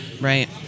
Right